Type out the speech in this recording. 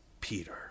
Peter